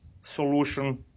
solution